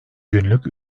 günlük